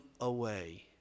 away